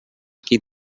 qui